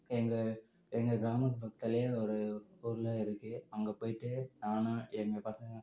எங்கள் எங்கள் கிராமத்து பக்கத்தாலே ஒரு ஊரில் இருக்குது அங்கே போய்விட்டு நான் எங்கள் பசங்கள்